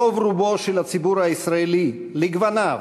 רוב-רובו של הציבור הישראלי לגווניו,